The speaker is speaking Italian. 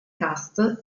cast